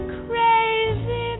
crazy